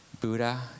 Buddha